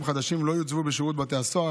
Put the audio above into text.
חדשים לא יוצבו בשירות בתי הסוהר,